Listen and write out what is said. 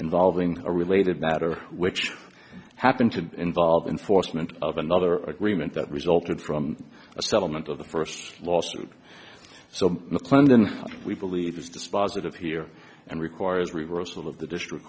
involving a related matter which happened to involve enforcement of another agreement that resulted from a settlement of the first lawsuit so mclendon we believe is dispositive here and requires reversal of the district